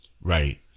Right